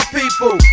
people